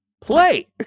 play